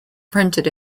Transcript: printed